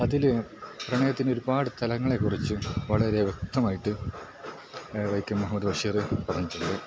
അതിൽ പ്രണയത്തിൻ്റെ ഒരുപാട് തലങ്ങളെക്കുറിച്ച് വളരെ വ്യക്തമായിട്ട് വൈക്കം മുഹമ്മദ് ബഷീർ പറഞ്ഞിട്ടുണ്ട്